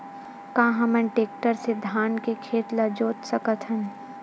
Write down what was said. का हमन टेक्टर से धान के खेत ल जोत सकथन?